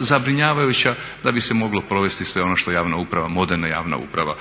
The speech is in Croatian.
zabrinjavajuća da bi se moglo provesti sve ono što javna uprava, moderna javna uprava